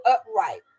upright